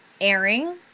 airing